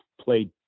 played